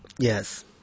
Yes